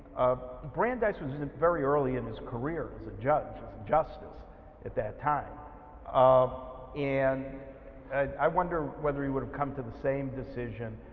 brandeis was very early in his career as a judge as a justice at that um and i wonder whether he would have come to the same decision